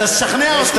תשכנע אותי אחר כך.